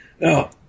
Now